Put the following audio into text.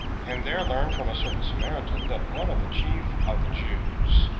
and there learned from a certain samaritan that one of the chief of the jews,